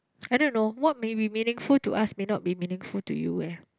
I don't know what may be meaningful to us may not be meaningful to you eh